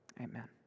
Amen